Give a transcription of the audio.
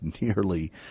nearly